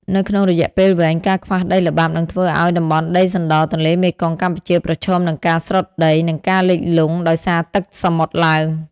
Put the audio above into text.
នៅក្នុងរយៈពេលវែង ការខ្វះដីល្បាប់នឹងធ្វើឱ្យតំបន់ដីសណ្ដរទន្លេមេគង្គកម្ពុជាប្រឈមនឹងការស្រុតដី និងការលិចលង់ដោយសារទឹកសមុទ្រឡើង។